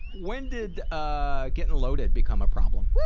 when did ah getting loaded become a problem?